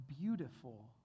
beautiful